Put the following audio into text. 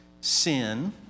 sin